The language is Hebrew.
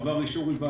עבר אישור היוועצות